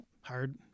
Hard